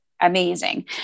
amazing